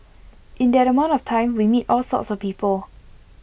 in that amount of time we meet all sorts of people